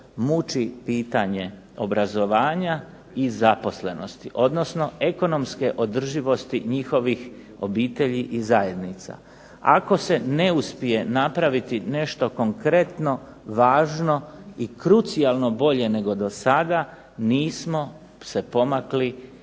muči pitanje obrazovanja i zaposlenosti, odnosno ekonomske održivosti njihovih obitelji i zajednica. Ako se ne uspije napraviti nešto konkretno, važno i krucijalno bolje nego dosada nismo se pomakli